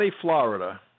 Florida